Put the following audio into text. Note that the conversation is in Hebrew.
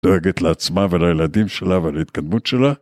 דואגת לעצמה ולילדים שלה ולהתקדמות שלה?